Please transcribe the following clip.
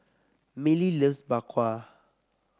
Milly loves Bak Kwa